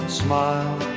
smile